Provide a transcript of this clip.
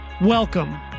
Welcome